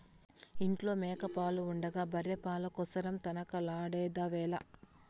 ఇంట్ల మేక పాలు ఉండగా బర్రె పాల కోసరం తనకలాడెదవేల